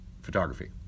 photography